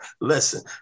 Listen